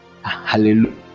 Hallelujah